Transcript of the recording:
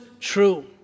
true